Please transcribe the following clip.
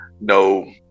no